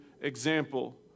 Example